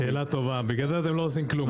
שאלה טובה, בגלל זה אתם לא עושים כלום.